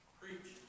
preach